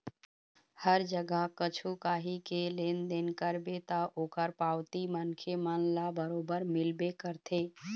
हर जगा कछु काही के लेन देन करबे ता ओखर पावती मनखे मन ल बरोबर मिलबे करथे